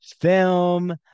film